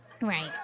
Right